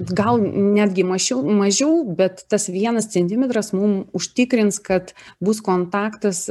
gal netgi mašiau mažiau bet tas vienas centimetras mum užtikrins kad bus kontaktas